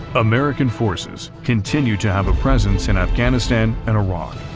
american forces continued to have a presence in afghanistan and iraq,